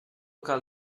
cal